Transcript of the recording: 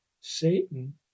Satan